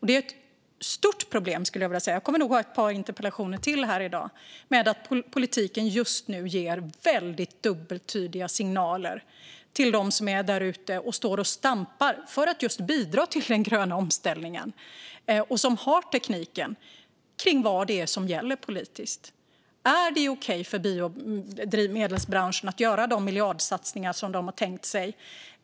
Det är ett stort problem - jag kommer att ha ett par interpellationsdebatter till här i dag - att politiken just nu ger väldigt dubbeltydiga signaler till dem där ute om vad som gäller politiskt. De står och stampar för att bidra till den gröna omställningen; de har tekniken. Är det okej för biodrivmedelsbranschen att göra de miljardsatsningar som de har tänkt sig?